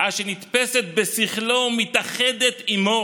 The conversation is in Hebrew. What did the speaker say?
עד שנתפסת בשכלו ומתאחדת עימו,